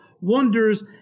wonders